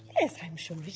yes i'm sure